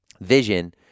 vision